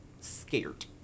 scared